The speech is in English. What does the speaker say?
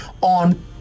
on